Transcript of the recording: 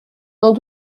dans